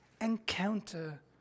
encounter